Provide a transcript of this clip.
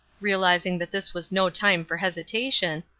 realizing that this was no time for hesitation,